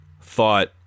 thought